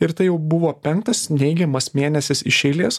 ir tai jau buvo penktas neigiamas mėnesis iš eilės